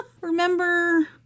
remember